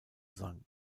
sang